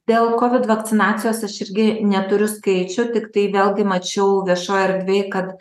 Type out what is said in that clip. dėl kovid vakcinacijos aš irgi neturiu skaičių tik tai vėlgi mačiau viešojoj erdvėj kad